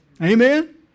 Amen